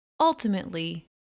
ultimately